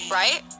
right